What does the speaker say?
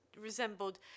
resembled